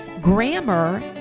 grammar